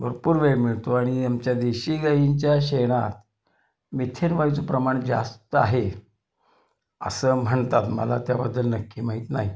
भरपूर वेळ मिळतो आणि आमच्या देशी गाईंच्या शेणात मिथेन वायूचं प्रमाण जास्त आहे असं म्हणतात मला त्याबद्दल नक्की माहित नाही